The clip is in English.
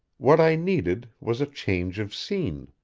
what i needed was a change of scene.